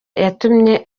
yatumye